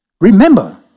Remember